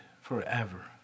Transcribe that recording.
forever